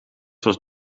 was